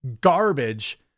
garbage